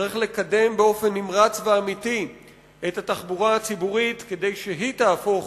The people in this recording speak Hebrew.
צריך לקדם באופן נמרץ ואמיתי את התחבורה הציבורית כדי שהיא תהפוך